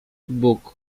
bóg